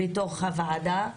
בתוך הוועדה.